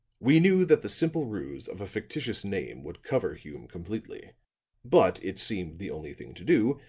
we knew that the simple ruse of a fictitious name would cover hume completely but it seemed the only thing to do,